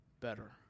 better